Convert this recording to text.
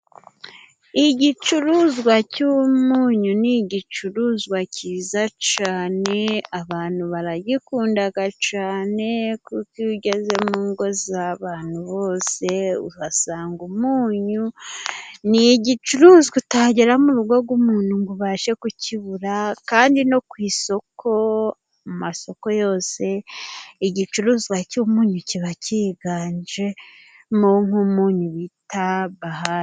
Igicuruzwa cy'umunyu ni igicuruzwa cyiza cyane abantu baragikunda cyane kuko iyo ugeze mu ngo z'abantu bose uhasanga umunyu. ni igicuruzwa utagera mu rugo rw'umuntu ngo ubashe kukibura kandi no ku isoko amasoko yose igicuruzwa cy'umunyu kiba cyiganjemo nk'umunyu bita bahari.